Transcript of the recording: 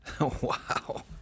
Wow